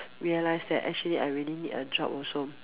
realize that actually I really need a job also